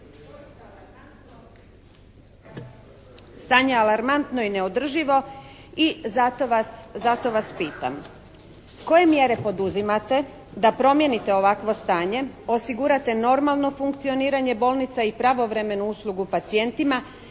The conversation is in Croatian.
stanje alarmantno i neodrživo i zato vas pitam. Koje mjere poduzimate da promijenite ovakvo stanje, osigurate normalno funkcioniranje bolnica i pravovremenu uslugu pacijentima